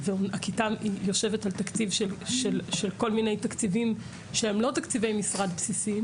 והכיתה יושבת על תקציבים שהם לא תקציבי משרד בסיסיים